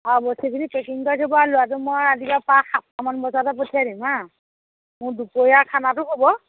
অ বস্তুখিনি পেকিং কৰি থাকিব আৰু ল'ৰাটো মই ৰাতিপুৱা পা সাতটামান বজাতে পঠিয়াই দিম হা মোৰ দুপৰীয়া খানাটো ক'ব